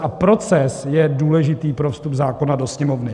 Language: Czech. A proces je důležitý pro vstup zákona do Sněmovny.